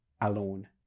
alone